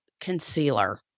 concealer